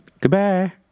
Goodbye